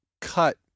cut